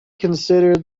considered